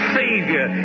savior